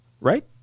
right